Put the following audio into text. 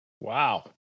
Wow